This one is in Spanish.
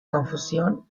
confusión